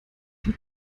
die